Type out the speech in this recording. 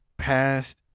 past